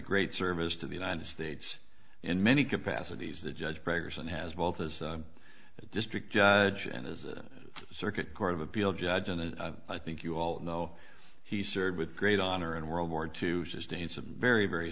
great service to the united states in many capacities the judge preggers and has both as a district judge and as circuit court of appeals judge and i think you all know he served with great honor in world war two sustained some very very